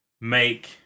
make